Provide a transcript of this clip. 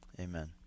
amen